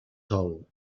sol